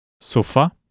Sofa